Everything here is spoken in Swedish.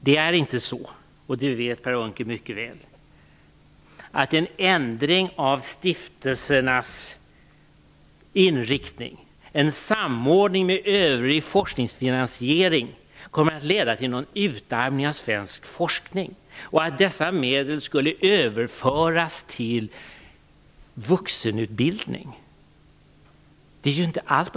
Det är inte så som han säger, och det vet Per Unckel mycket väl, att en ändring av stiftelsernas inriktning, en samordning med övrig forskningsfinansiering kommer att leda till en utarmning av svensk forskning eller att dessa medel överförs till vuxenutbildning.